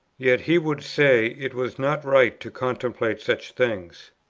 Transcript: yet, he would say, it was not right to contemplate such things.